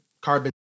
carbon